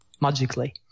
magically